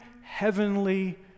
heavenly